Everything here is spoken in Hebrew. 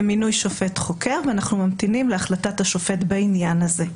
למינוי שופט חוקר ואנחנו ממתינים להחלטת השופט בעניין הזה.